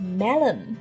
melon